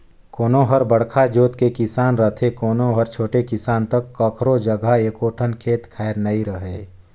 कोनो हर बड़का जोत के किसान रथे, कोनो हर छोटे किसान त कखरो जघा एको ठन खेत खार नइ रहय